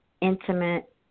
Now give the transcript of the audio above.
intimate